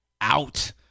out